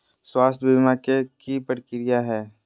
स्वास्थ बीमा के की प्रक्रिया है?